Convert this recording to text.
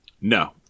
No